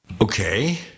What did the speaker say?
Okay